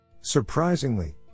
Surprisingly